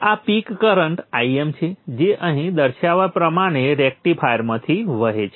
આ peak current Im છે જે અહીં દર્શાવ્યા પ્રમાણે રેક્ટિફાયરમાંથી વહે છે